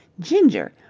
ginger!